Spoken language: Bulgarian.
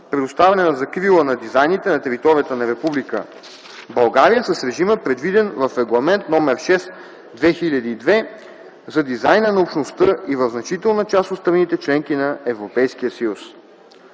предоставяне на закрила на дизайните на територията на Република България с режима, предвиден в Регламент № 6/2002 за дизайна на Общността и в значителна част от страните – членки на Европейския съюз.